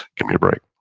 give me a break.